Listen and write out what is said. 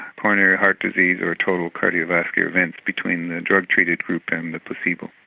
coronary heart disease or total cardiovascular events between the drug treated group and the placebo.